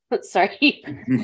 Sorry